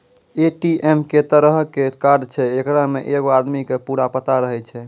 ATM एक तरहो के कार्ड छै जेकरा मे एगो आदमी के पूरा पता रहै छै